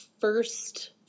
first